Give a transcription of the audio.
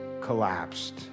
collapsed